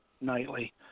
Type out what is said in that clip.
nightly